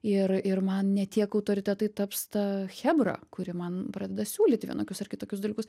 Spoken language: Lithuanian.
ir ir man ne tiek autoritetai taps ta chebra kuri man pradeda siūlyti vienokius ar kitokius dalykus